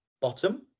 bottom